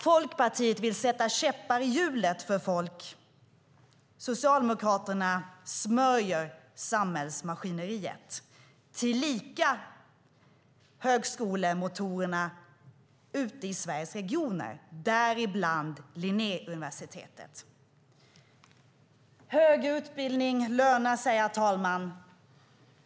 Folkpartiet vill sätta käppar i hjulet för folk; Socialdemokraterna smörjer samhällsmaskineriet tillika högskolemotorerna ute i Sveriges regioner, däribland Linnéuniversitetet. Högre utbildning lönar sig, herr talman.